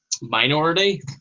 minority